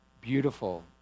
beautiful